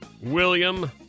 William